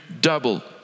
double